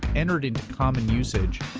entered into common usage